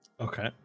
Okay